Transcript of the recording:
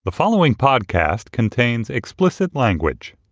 the following podcast contains explicit language